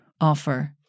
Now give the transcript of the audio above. offer